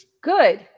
good